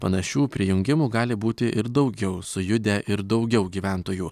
panašių prijungimų gali būti ir daugiau sujudę ir daugiau gyventojų